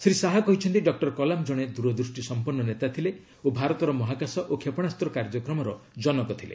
ଶ୍ରୀ ଶାହା କହିଛନ୍ତି ଡକ୍ଟର କଲାମ ଜଣେ ଦୂରଦୃଷ୍ଟିସଂପନ୍ନ ନେତା ଥିଲେ ଓ ଭାରତର ମହାକାଶ ଓ କ୍ଷେପଶାସ୍ତ୍ର କାର୍ଯ୍ୟକ୍ରମର ଜନକ ଥିଲେ